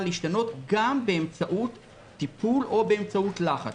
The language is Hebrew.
להשתנות גם באמצעות טיפול או באמצעות לחץ.